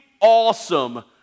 awesome